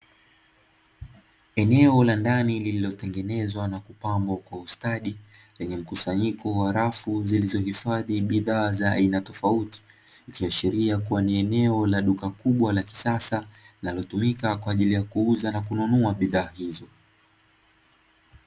Eneo la ndani lililotengenezwa na kupambwa kwa ustadi, lenye mkusanyiko wa rafu, zilizopangwa bidhaa za aina tofauti tofauti, ikiashiria kuwa ni eneo la duka kubwa la kisasa linalotumika kwa ajili ya kuuza na kununua bidhaa hizo.